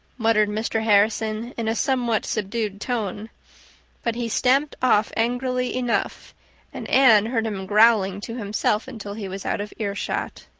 muttered mr. harrison in a somewhat subdued tone but he stamped off angrily enough and anne heard him growling to himself until he was out of earshot.